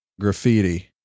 Graffiti